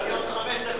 נשארו לי חמש דקות,